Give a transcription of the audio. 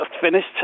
finished